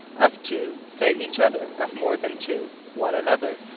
of two, say each other of more than two, one another.